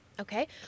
Okay